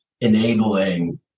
enabling